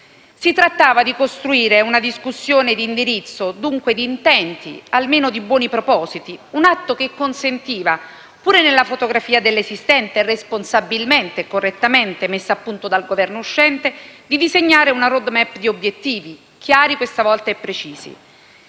Si trattava di costruire una discussione di indirizzo e dunque di intenti, o almeno di buoni propositi; un atto che consentiva, pur nella fotografia dell'esistente, responsabilmente e correttamente messa a punto dal Governo uscente, di disegnare una *road map* degli obiettivi, chiari questa volta e precisi,